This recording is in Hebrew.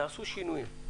נעשו שינויים.